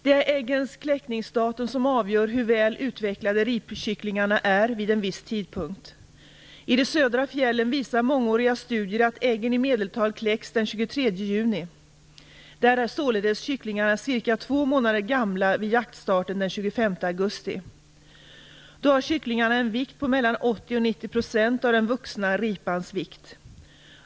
Det är äggens kläckningsdatum som avgör hur väl utvecklade ripkycklingarna är vid en viss tidpunkt. I de södra fjällen visar mångåriga studier att äggen i medeltal kläcks den 23 juni. Där är således kycklingarna cirka två månader gamla vid jaktstarten den 25 augusti. Då har kycklingarna en vikt på mellan 80 och 90 % av den vuxna ripans vikt.